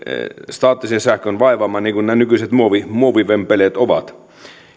staattisen sähkön vaivaama niin kuin nämä nykyiset muovivempeleet ovat